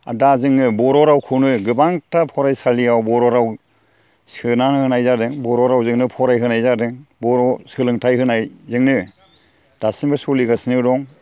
आरो दा जोङो बर' रावखौनो गोबां फरायसालियाव बर' राव सोना होनाय जादों बर' रावजोंनो फरायहोनाय जादों बर' सोलोंथाइ होनायजोंनो दासिमबो सोलिगासिनो दं